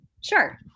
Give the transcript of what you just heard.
Sure